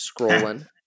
scrolling